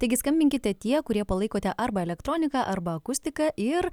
taigi skambinkite tie kurie palaikote arba elektroniką arba akustiką ir